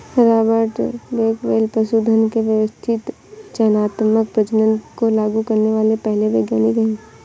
Robert Bakewell पशुधन के व्यवस्थित चयनात्मक प्रजनन को लागू करने वाले पहले वैज्ञानिक है